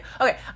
Okay